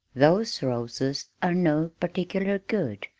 those roses are no particular good,